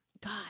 God